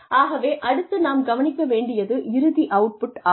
ஆகவே அடுத்து நாம் கவனிக்க வேண்டியது இறுதி அவுட்புட் ஆகும்